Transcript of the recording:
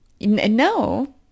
No